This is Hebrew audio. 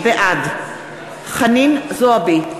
בעד חנין זועבי,